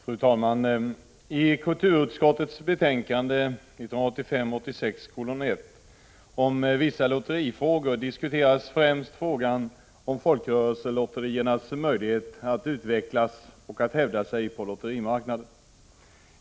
Fru talman! I kulturutskottets betänkande 1985/86:1 om vissa lotterifrågor diskuteras främst frågan om folkrörelselotteriernas möjlighet att utvecklas och hävda sig på lotterimarknaden.